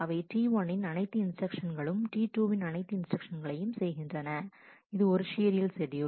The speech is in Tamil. அவை T1 இன் அனைத்து இன்ஸ்டிரக்ஷன்ஸ்களும் T2 வின் அனைத்து இன்ஸ்டிரக்ஷன்ஸ்களையும் செய்கின்றன இது ஒரு சீரியல் ஷெட்யூல்